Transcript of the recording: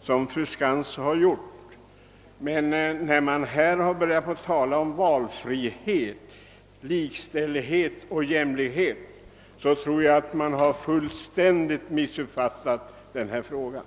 som fru Skantz har gjort. Men när man börjat tala om valfrihet, likställighet och jämlikhet, så tror jag att man fullständigt missuppfattat frågan.